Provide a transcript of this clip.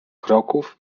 kroków